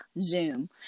zoom